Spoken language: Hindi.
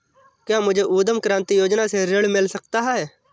क्या मुझे उद्यम क्रांति योजना से ऋण मिल सकता है?